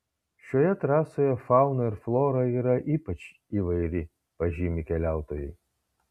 šioje trasoje fauna ir flora yra ypač įvairi pažymi keliautojai